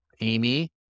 Amy